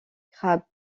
crabe